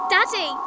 Daddy